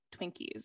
twinkies